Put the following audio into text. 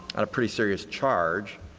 on a pretty serious charge.